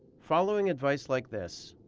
following advice like this,